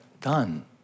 done